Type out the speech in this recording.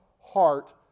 heart